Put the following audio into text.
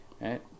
right